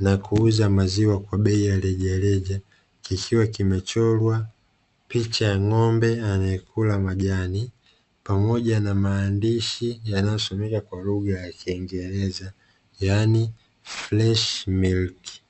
na kuuza maziwa kwa bei ya rejareja kikiwa kimechorwa picha ya ng'ombe anayekula majani pamoja na maandishi yanayosomeka kwa lugha ya kiingereza yaani freshi milki.